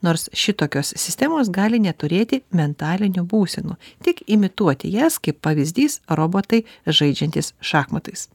nors šitokios sistemos gali neturėti mentalinių būsenų tik imituoti jas kaip pavyzdys robotai žaidžiantys šachmatais